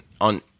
on